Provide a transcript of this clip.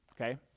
okay